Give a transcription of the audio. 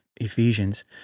Ephesians